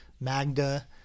Magda